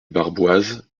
barboise